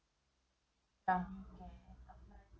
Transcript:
yeah okay